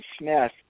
Smith